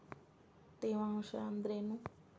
ತೇವಾಂಶ ಅಂದ್ರೇನು?